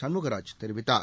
சண்முகராஜ் தெரிவித்தார்